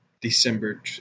December